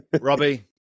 Robbie